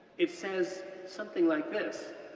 it says something like this,